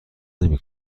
نمی